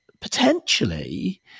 potentially